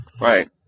Right